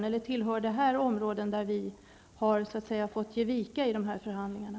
Eller är detta ett område där vi så att säga har fått ge vika i förhandlingarna?